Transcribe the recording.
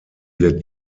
wird